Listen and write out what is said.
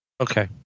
Okay